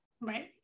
right